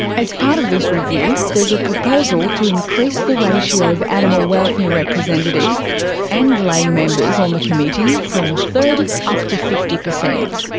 as part of this review there's a proposal to increase the ratio of animal welfare representatives and lay members on the committee from a third up to fifty percent.